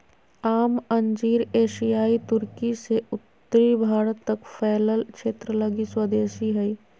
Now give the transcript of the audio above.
आम अंजीर एशियाई तुर्की से उत्तरी भारत तक फैलल क्षेत्र लगी स्वदेशी हइ